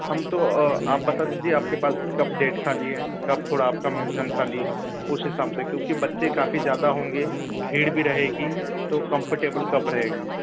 हम तो आप बता दीजिए आपके पास कब डेट ख़ाली हैं कब थोड़ा आपका म्यूज़ियम ख़ाली हैं उस हिसाब से क्योंकि बच्चे काफ़ी ज़्यादा होंगे भीड़ भी रहेगी तो कम्फर्टेबल कब रहेगा